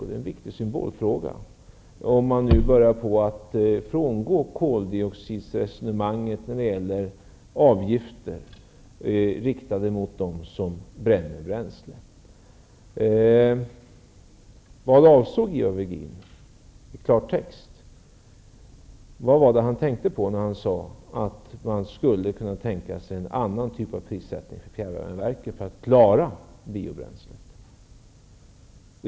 Det är en viktig symbolfråga om man börjar frångå koldioxidresonemanget när det gäller avgifter riktade mot dem som bränner bränsle. Vad avsåg Ivar Virgin i klartext? Vad var det han tänkte på när han sade att man skulle kunna tänka sig en annan typ av prissättning för fjärrvärmeverken för att klara biobränslet.